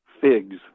Figs